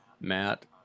Matt